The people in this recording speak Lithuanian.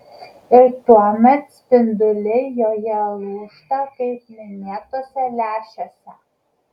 ir tuomet spinduliai joje lūžta kaip minėtuose lęšiuose